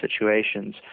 situations